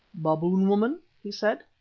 baboon-woman? he said,